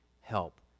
help